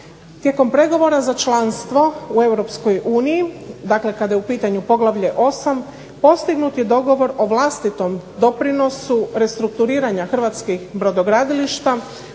Tijekom pregovora za članstvo u Europskoj uniji, dakle kada je u pitanju poglavlje 8., postignut je dogovor o vlastitom doprinosu restrukturiranja hrvatskih brodogradilišta